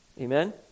Amen